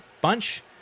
bunch